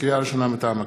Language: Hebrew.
לקריאה ראשונה, מטעם הכנסת: